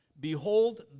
Behold